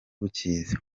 bukizi